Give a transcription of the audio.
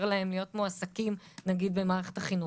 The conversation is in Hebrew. להם להיות מועסקים נגיד במערכת החינוך,